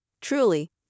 Truly